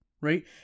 right